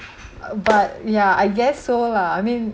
but yeah I guess so lah I mean